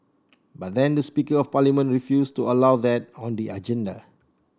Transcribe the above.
but then the speaker of parliament refused to allow that on the agenda